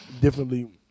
differently